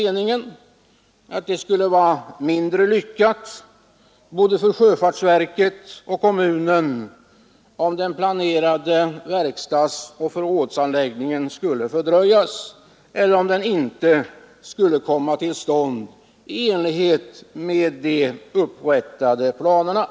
Enligt min uppfattning skulle det vara mindre lyckat för både sjöfartsverket och kommunen om den planerade verkstadsoch förrådsanläggningen skulle fördröjas eller om den inte skulle komma till stånd i enlighet med de upprättade planerna.